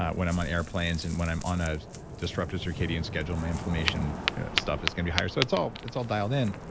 when i'm on airplanes, and when i'm on a disruptive circadian schedule, my inflammation stuff is going to be higher. so it's all it's all dialed in.